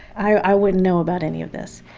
i wouldn't know about any of this.